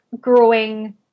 growing